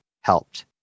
helped